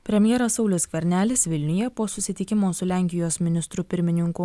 premjeras saulius skvernelis vilniuje po susitikimo su lenkijos ministru pirmininku